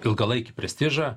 ilgalaikį prestižą